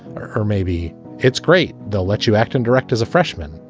or maybe it's great they'll let you act and direct as a freshman.